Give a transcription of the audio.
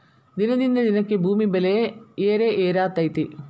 ದಿನದಿಂದ ದಿನಕ್ಕೆ ಭೂಮಿ ಬೆಲೆ ಏರೆಏರಾತೈತಿ